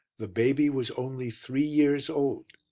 the baby was only three years old.